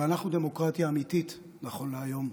ואנחנו דמוקרטיה אמיתית נכון להיום,